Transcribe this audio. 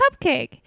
cupcake